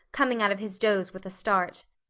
coming out of his doze with a start.